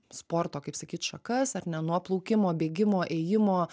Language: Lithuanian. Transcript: sporto kaip sakyt šakas ar ne nuo plaukimo bėgimo ėjimo